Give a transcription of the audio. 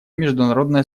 международное